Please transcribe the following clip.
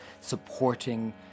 supporting